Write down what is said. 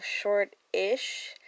short-ish